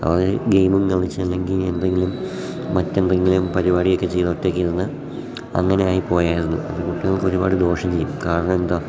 അവർ ഗെയിമും കളിച്ച് അല്ലെങ്കിൽ എന്തെങ്കിലും മറ്റെന്തെങ്കിലും പരിപാടിയൊക്കെ ചെയ്തൊറ്റെക്കിരുന്ന് അങ്ങനെയായി പോയായിരുന്നു അതു കുട്ടികൾക്ക് ഒരുപാട് ദോഷം ചെയ്യും കാരണം എന്താ